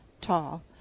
tall